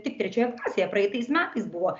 tik trečioje klasėje praeitais metais buvo